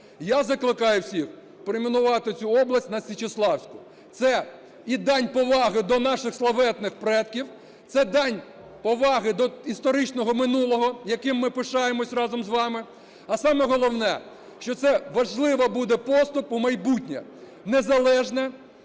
Я закликаю всіх перейменувати цю область на Січеславську. Це і дань поваги до наших славетних предків, це дань поваги до історичного минулого, яким ми пишаємося разом з вами, а саме головне, що це важливий буде поступ у майбутнє – незалежне,